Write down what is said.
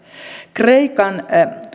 kreikan